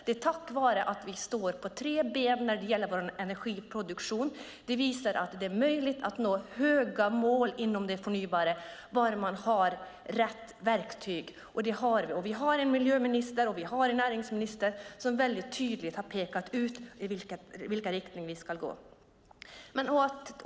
Det är tack vare att vi står på tre ben när det gäller vår energiproduktion, och det visar att det är möjligt att nå höga mål inom det förnybara bara man har rätt verktyg. Det har vi, och vi har en miljöminister och en näringsminister som väldigt tydligt har pekat ut i vilken riktning vi ska gå.